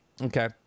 okay